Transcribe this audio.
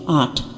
art